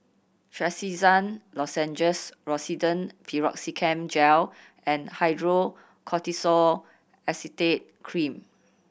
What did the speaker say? Trachisan Lozenges Rosiden Piroxicam Gel and Hydrocortisone Acetate Cream